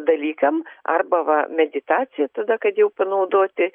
dalykam arba va meditacija tada kad jau panaudoti